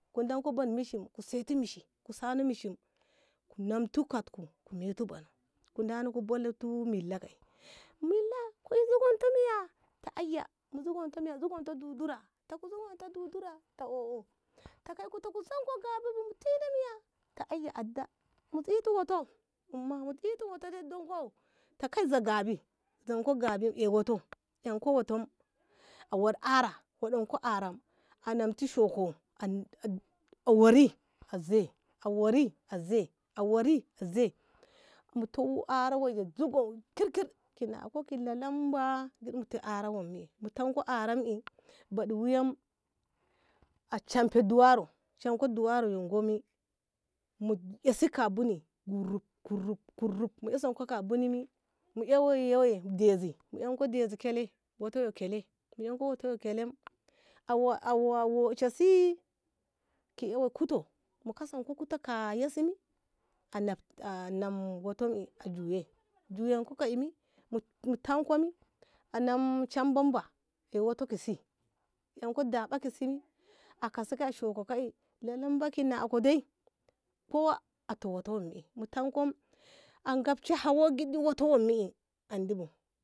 ku danko bun mishi ku seti mishi kusano mishi namtu katko metu banu kuda nako bollatu milla tei milla ku zogontu miya ta ayya mu zogontu miya mu zogontu dodora ku zagontu dudurd da ohoh ta kanko ku zanko kaibu mu tina kamiya ta ayya ada mu titu wato umma mu titi wato de dongo takai zagabi zanko gabi ey wato enko wato wari ara fuɗanko arai ananko shakkam wari aze wari aze muti ara ye zigom kirkir ko ki lalambo mu teka arai em buɗi wuyam a shamfe duwaro duwaro yungomi mu esi ka buni kuruf kuruf mu isinko ka buni mu isinko ka buni ye mu enko dezi mu enko dezi kele wato bo kale awo awo a warseshi ki eyiwo kito mu kasanko kute a warse mi a lafta na wato aeko juya wato juyeko ka'imi mu tanko mi anam shambamba ay wato kasi yi yanko daba kasimi akasi ka shoko ka'i lalamba kina kode ko a totom mi mu tanko a gabci hawo gidi wato mi andibu